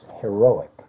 heroic